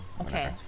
okay